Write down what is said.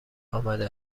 آمده